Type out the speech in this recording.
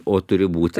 o turi būti